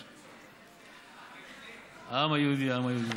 המונדיאל, המונדיאל.